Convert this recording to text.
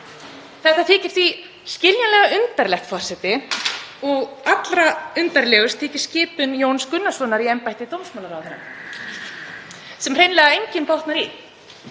Þetta þykir því skiljanlega undarlegt, forseti. Og allra undarlegust þykir skipun Jóns Gunnarssonar í embætti dómsmálaráðherra sem hreinlega enginn botnar í.